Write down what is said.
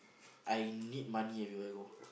I need money everywhere I go